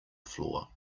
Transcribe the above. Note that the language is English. floor